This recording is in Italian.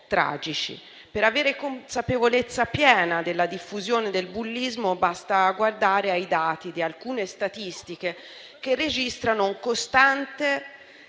tragici. Per avere consapevolezza piena della diffusione del bullismo basta guardare ai dati di alcune statistiche, che registrano un costante